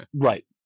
Right